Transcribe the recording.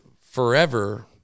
forever